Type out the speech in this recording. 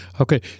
Okay